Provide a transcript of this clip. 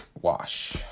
wash